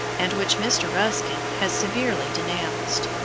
and which mr. ruskin has severely denounced.